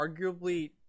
arguably